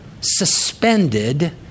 suspended